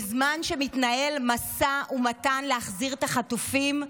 בזמן שמתנהל משא ומתן להחזיר את החטופים?